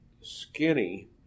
skinny